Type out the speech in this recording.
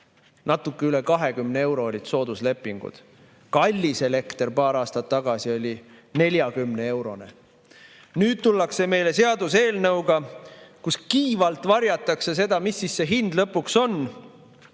Natuke üle 20 euro olid sooduslepingud. Kallis elekter paar aastat tagasi oli 40-eurone. Nüüd tullakse meie ette seaduseelnõuga, kus kiivalt varjatakse, mis see hind lõpuks on.